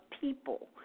people